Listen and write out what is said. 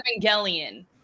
Evangelion